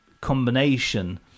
combination